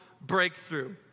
breakthrough